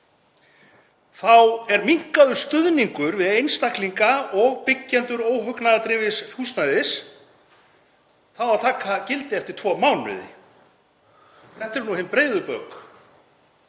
þá er minnkaður stuðningur við einstaklinga og byggjendur óhagnaðardrifins húsnæðis og það á að taka gildi eftir tvo mánuði. Þetta eru nú hin breiðu bök.